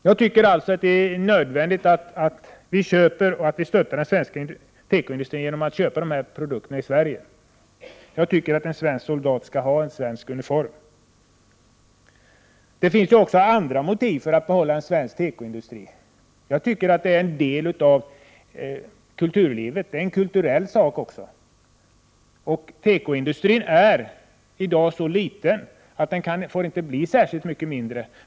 Jag tycker alltså att det är nödvändigt att vi stöttar den svenska tekoindustrin genom att upphandla dessa produkter i Sverige. Jag tycker att en svensk soldat skall ha en svensk uniform. Det finns också andra motiv för att behålla en svensk tekoindustri. Jag tycker att den är en del av kulturlivet. Tekoindustrin är i dag så liten att den inte kan bli mindre.